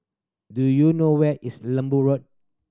do you know where is Lembu Road